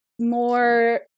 more